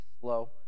slow